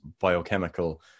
biochemical